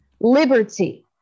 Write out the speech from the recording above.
liberty